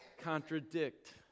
contradict